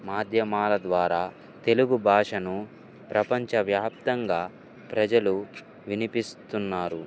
మాధ్యమాల ద్వారా తెలుగు భాషను ప్రపంచవ్యాప్తంగా ప్రజలు వినిపిస్తున్నారు